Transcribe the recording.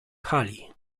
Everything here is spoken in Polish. hali